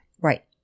Right